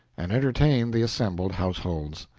and entertained the assembled households.